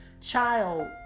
child